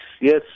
Yes